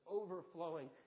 overflowing